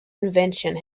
invention